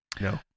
No